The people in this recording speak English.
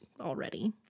already